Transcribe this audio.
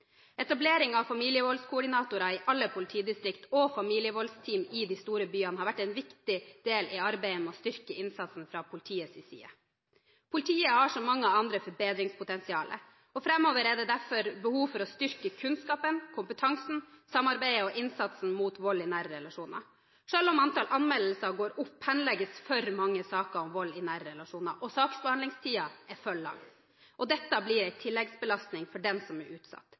Etablering av familievoldskoordinatorer i alle politidistrikter og familievoldsteam i de store byene har vært en viktig del i arbeidet med å styrke innsatsen fra politiets side. Politiet har, som mange andre, forbedringspotensial, og framover er det derfor behov for å styrke kunnskapen, kompetansen, samarbeidet og innsatsen mot vold i nære relasjoner. Selv om antall anmeldelser går opp, henlegges for mange saker om vold i nære relasjoner, og saksbehandlingstiden er for lang. Dette blir en tilleggsbelastning for den som er utsatt.